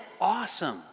awesome